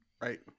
Right